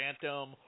Phantom